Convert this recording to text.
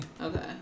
Okay